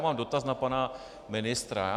Mám dotaz na pana ministra.